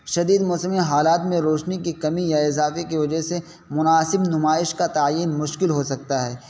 شدید موسمی حالات میں روشنی کی کمی یا ازادے کی وجہ سے مناسب نمائش کا تعین مشکل ہو سکتا ہے